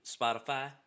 Spotify